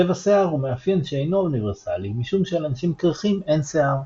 צבע שיער הוא מאפיין שאינו אוניברסלי משום שלאנשים קירחים אין שיער.